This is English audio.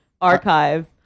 archive